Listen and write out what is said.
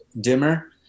dimmer